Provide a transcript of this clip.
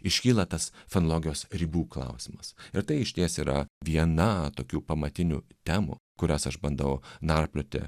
iškyla tas fenologijos ribų klausimas ir tai išties yra viena tokių pamatinių temų kurias aš bandau narplioti